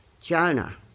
Jonah